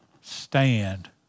stand